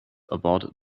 about